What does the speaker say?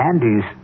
Andy's